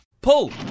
Pull